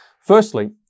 Firstly